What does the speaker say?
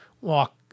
walk